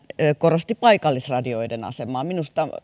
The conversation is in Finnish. korosti paikallisradioiden asemaa minä jaan